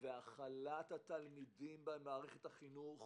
והכלת התלמידים במערכת החינוך